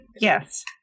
Yes